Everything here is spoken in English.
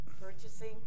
purchasing